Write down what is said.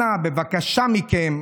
אנא, בבקשה מכם,